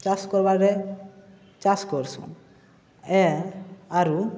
ଚାଷ କରବାକେ ଚାଷ କରସୁନ୍ ଏ ଆରୁ